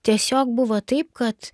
tiesiog buvo taip kad